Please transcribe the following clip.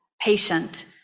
patient